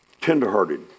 tenderhearted